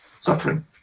suffering